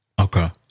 Okay